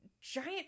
giant